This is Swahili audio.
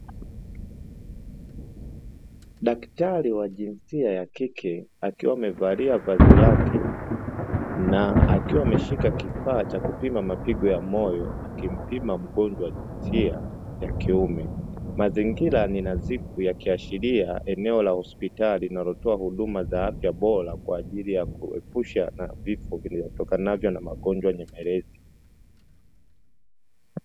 Daktari wa jinsia ya kike akiwa amevalia vazi lake na akiwa ameshika kifaa cha kupima mapigo ya moyo akimpima mgonjwa wa jinsia ya kiume. Mazingira ni nadhifu yakiashiria eneo la hospitali linalotoa huduma za afya bora kwa ajili ya kuepusha vifo vitokanavyo na magonjwa nyemelezi.